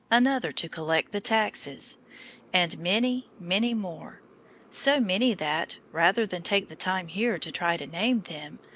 another to collect the taxes and many, many more so many that, rather than take the time here to try to name them,